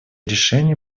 решения